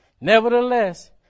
nevertheless